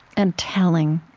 and telling,